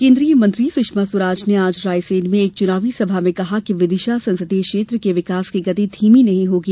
केन्द्रीय मंत्री सुषमा स्वराज ने आज रायसेन में एक चुनावी सभा में कहा कि विदिशा संसदीय क्षेत्र के विकास की गति धीमी नहीं होगी